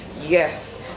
Yes